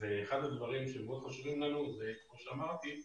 ואחד הדברים שחשובים לנו זה כמו שאמרתי,